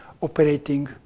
operating